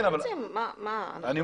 אתה רוצה לחייב או תם?